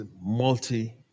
multi